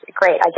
great